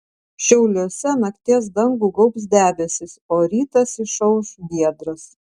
šiauliuose nakties dangų gaubs debesys o rytas išauš giedras